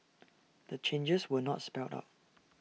the changes were not spelled out